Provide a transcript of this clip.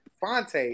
Fonte